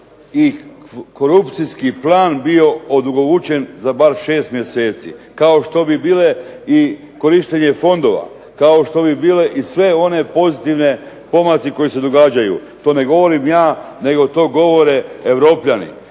i korupcijski plan bio …/Ne razumije se./… za bar 6 mjeseci, kao što bi bile i korištenje fondova, kao što bi bile i sve one pozitivne pomaci koji se događaju. To ne govorim ja, nego to govore Europljani.